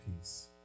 peace